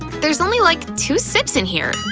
there's only, like, two sips in here!